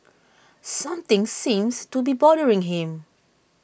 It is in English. something seems to be bothering him